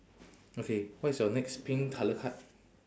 okay what is your next pink colour card